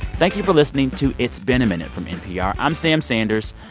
thank you for listening to it's been a minute from npr. i'm sam sanders.